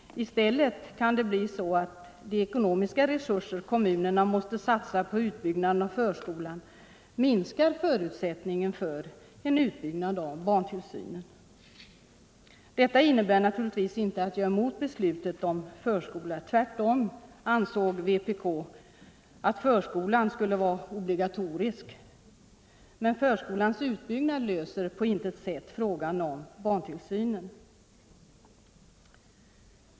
I stället kan det bli så att de ekonomiska resurser kommunerna måste satsa på utbyggnaden av förskolan minskar förutsättningen för en utbyggnad av barntillsynen. Detta innebär naturligtvis inte att jag är mot beslutet om förskola. Tvärtom ansåg vpk att förskolan skulle vara obligatorisk. Men förskolans utbyggnad löser på intet sätt frågan om barntillsynen.